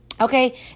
okay